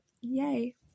yay